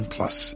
Plus